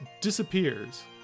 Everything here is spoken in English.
disappears